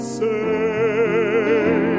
say